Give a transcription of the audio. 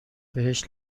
بهش